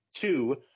Two